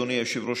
אדוני היושב-ראש,